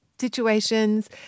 situations